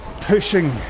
pushing